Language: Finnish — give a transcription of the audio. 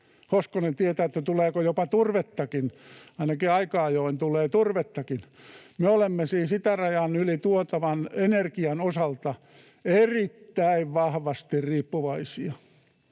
Hoskonen tietää, että tuleeko jopa turvettakin. Ainakin aika ajoin tulee turvettakin. Me olemme siis itärajan yli tuotavan energian osalta erittäin vahvasti riippuvaisia.